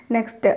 Next